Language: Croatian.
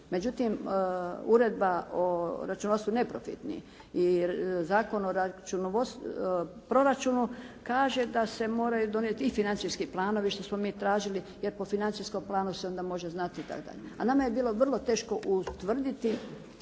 Međutim Uredba o računovodstvu neprofitni i Zakon o proračunu kaže da se moraju donijeti i financijski planovi što smo mi tražili, jer po financijskom planu se onda može znati itd. a nama je bilo vrlo teško utvrditi